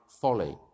folly